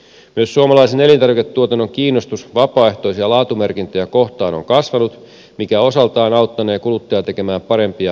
myös suomalaisen elintarviketuotannon kiinnostus vapaaehtoisia laatumerkintöjä kohtaan on kasvanut mikä osaltaan auttanee kuluttajia tekemään parempia ostopäätöksiä jatkossa